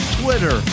twitter